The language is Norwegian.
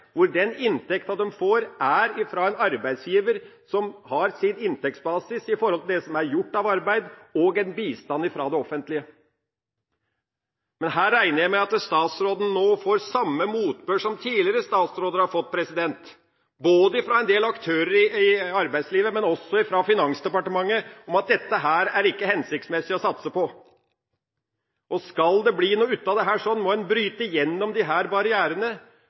hvor den inntekten de får, er fra en arbeidsgiver som har sin inntektsbasis fra det arbeidet som er gjort, og fra bistand fra det offentlige. Her regner jeg med at statsråden nå får samme motbør som tidligere statsråder har fått – både fra en del aktører i arbeidslivet og fra Finansdepartementet – at dette er det ikke hensiktsmessig å satse på. Skal det bli noe ut av dette, må en bryte disse barrierene – tørre å si at her